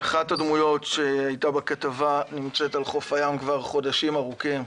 אחת הדמויות שהייתה בכתבה נמצאת על חוף הים כבר חודשים ארוכים.